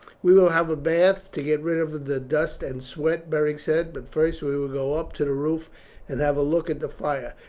we will have a bath to get rid of the dust and sweat, beric said. but first we will go up to the roof and have a look at the fire.